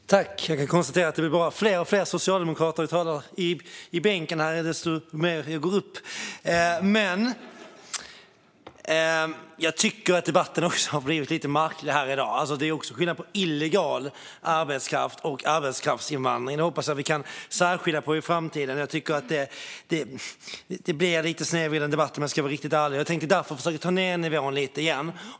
Herr talman! Jag kan konstatera att det blir fler och fler socialdemokrater i bänkarna för varje gång jag går upp i talarstolen. Jag tycker att debatten i dag har blivit lite märklig. Det är skillnad på illegal arbetskraft och arbetskraftsinvandring - jag hoppas att vi kan skilja mellan dessa i framtiden. Det blir en lite snedvriden debatt, om jag ska vara riktigt ärlig. Jag tänkte därför försöka sänka tonen lite igen.